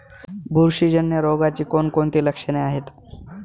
बुरशीजन्य रोगाची कोणकोणती लक्षणे आहेत?